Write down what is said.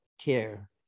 care